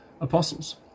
apostles